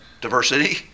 diversity